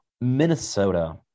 Minnesota